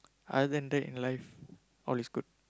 other than that in life all is good